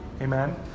Amen